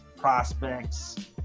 prospects